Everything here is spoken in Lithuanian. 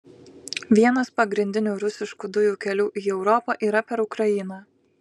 vienas pagrindinių rusiškų dujų kelių į europą yra per ukrainą